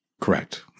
Correct